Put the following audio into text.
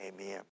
Amen